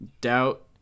Doubt